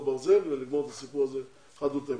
בברזל ולסיים את הסיפור הזה אחת ולתמיד.